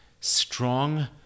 strong